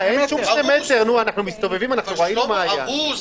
לפי תקנה 7, בית אוכל סגור.